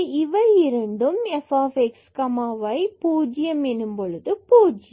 இவை இரண்டும் f x y x y 0 எனும் போது 0 அகும்